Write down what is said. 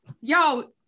Yo